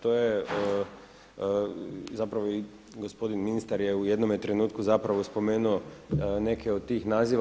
To je zapravo i gospodin ministar je u jednome trenutku zapravo spomenuo neke od tih naziva.